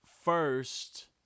first